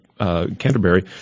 Canterbury